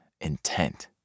Intent